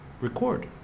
record